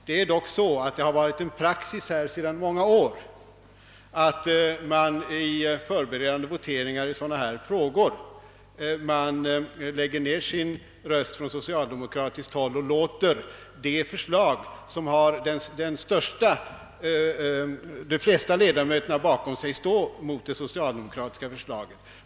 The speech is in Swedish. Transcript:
Det har ju varit praxis under många år här i riksdagen att socialdemokraterna i förberedande voteringar i frågor av detta slag lägger ned sina röster och låter det förslag som har de flesta ledamöterna bakom sig stå emot det socialdemokratiska förslaget.